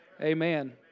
Amen